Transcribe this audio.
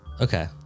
Okay